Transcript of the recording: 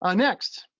ah next,